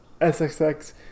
SXX